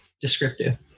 descriptive